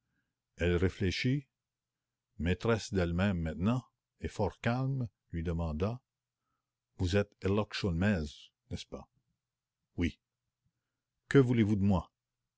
elle réfléchit et lui demanda vous êtes herlock sholmès n'est-ce pas oui que voulez-vous de moi